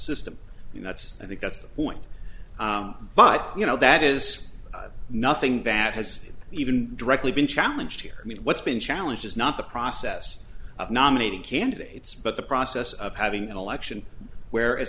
system that's i think that's the point but you know that is nothing that has even directly been challenged here i mean what's been challenged is not the process of nominating candidates but the process of having an election where as